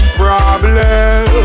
problem